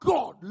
God